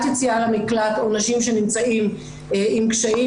יציאה למקלט או נשים שנמצאות עם קשיים,